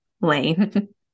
lane